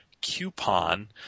coupon